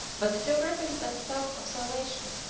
but still gripping that staff of salvation,